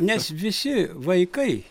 nes visi vaikai